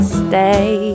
stay